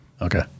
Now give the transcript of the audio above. Okay